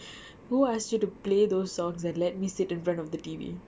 who ask you to play those songs that let me sit in front of the T_V